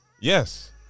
Yes